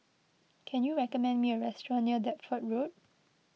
can you recommend me a restaurant near Deptford Road